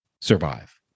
survive